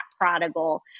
prodigal